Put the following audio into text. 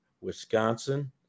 Wisconsin